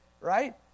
right